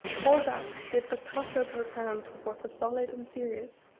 all that did but pass over a ground of what was solid and serious,